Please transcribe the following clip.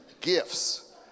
gifts